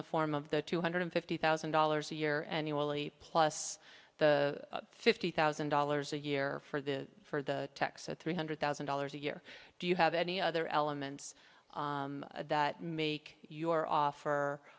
the form of the two hundred fifty thousand dollars a year and you only plus the fifty thousand dollars a year for the for the tax at three hundred thousand dollars a year do you have any other elements that make your offer